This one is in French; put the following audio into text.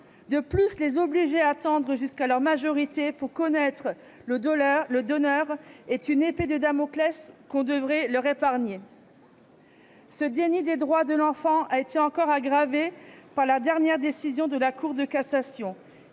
De plus, les obliger à attendre jusqu'à leur majorité pour connaître le donneur est une épée de Damoclès qu'on devrait leur épargner. Ce déni des droits de l'enfant a été encore aggravé par la dernière décision de la Cour de cassation,